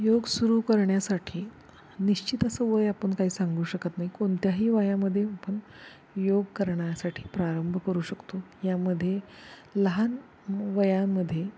योग सुरू करण्यासाठी निश्चित असं वय आपण काही सांगू शकत नाही कोणत्याही वयामध्ये आपण योग करण्यासाठी प्रारंभ करू शकतो यामध्ये लहान वयांमध्ये